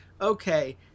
okay